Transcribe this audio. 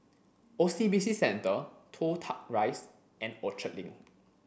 O C B C Centre Toh Tuck Rise and Orchard Link